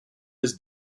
his